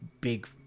big